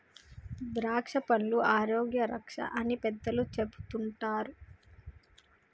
ద్రాక్షపండ్లు ఆరోగ్య రక్ష అని పెద్దలు చెపుతుంటారు